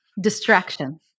distraction